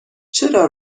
چرا